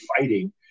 fighting